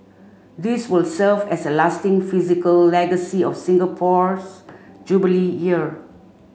these will serve as a lasting physical legacy of Singapore's Jubilee Year